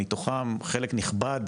מתוכם חלק נכבד